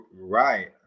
Right